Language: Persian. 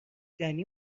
دنی